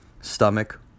stomach